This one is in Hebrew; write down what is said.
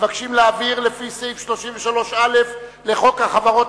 מבקשים להעביר לפי סעיף 33א לחוק החברות